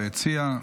ביציע,